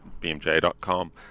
bmj.com